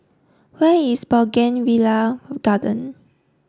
where is Bougainvillea Garden